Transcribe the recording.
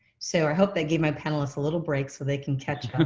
so i hope that gave my panelists a little break so they can catch